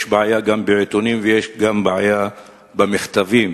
יש בעיה גם בעיתונים ויש בעיה גם במכתבים.